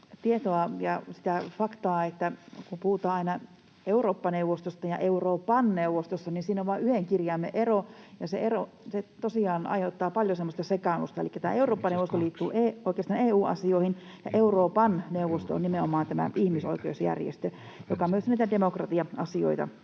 tietoa ja sitä faktaa, että kun puhutaan aina Eurooppa-neuvostosta ja Euroopan neuvostosta, niin siinä on vain yhden kirjaimen ero, ja se ero tosiaan aiheuttaa paljon semmoista sekaannusta. Elikkä tämä Eurooppa-neuvosto liittyy oikeastaan EU-asioihin, ja Euroopan neuvosto on nimenomaan tämä ihmisoikeusjärjestö, joka myös niitä demokratia-asioita